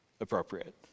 appropriate